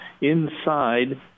inside